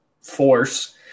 force